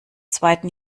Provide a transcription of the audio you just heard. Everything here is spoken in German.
zweiten